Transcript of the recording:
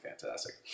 fantastic